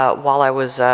ah while i was,